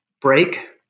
break